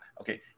Okay